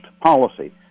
policy